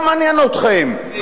לא מעניין אתכם,